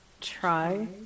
try